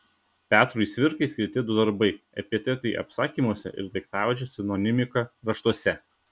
petrui cvirkai skirti du darbai epitetai apsakymuose ir daiktavardžio sinonimika raštuose